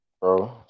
bro